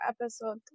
episode